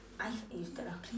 I eh you start ah